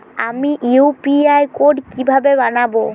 আমি UPI code কিভাবে বানাব?